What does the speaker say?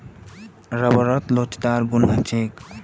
रबरत लोचदार गुण ह छेक